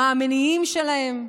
מה המניעים שלהם,